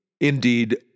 Indeed